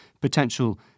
potential